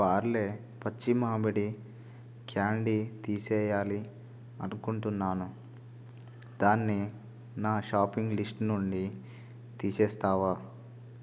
పార్లే పచ్చి మామిడి క్యాండీ తీసేయాలి అనుకుంటున్నాను దాన్ని నా షాపింగ్ లిస్ట్ నుండి తీసేస్తావా